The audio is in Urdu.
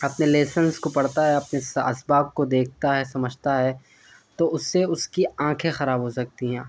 اپنے لیسنس کو پڑھتا ہے اپنے اسباق کو دیکھتا ہے سمجھتا ہے تو اس سے اس کی آنکھیں خراب ہو سکتی ہیں